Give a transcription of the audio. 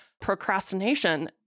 procrastination